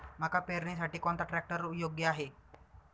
मका पेरणीसाठी कोणता ट्रॅक्टर योग्य आहे?